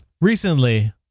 recently